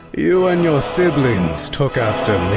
you and your siblings took after